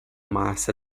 mass